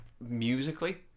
musically